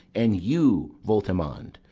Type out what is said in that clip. and you, voltimand,